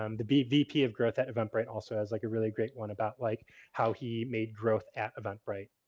um the be vp of growth at eventbrite also has like a really great one about like how he made growth at eventbrite.